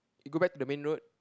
go back to the main road